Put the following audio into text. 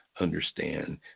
understand